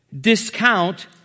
discount